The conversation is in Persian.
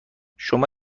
شما